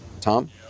Tom